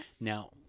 Now